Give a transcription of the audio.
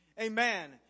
Amen